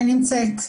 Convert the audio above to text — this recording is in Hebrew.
בבקשה.